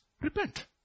repent